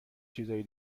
چیزای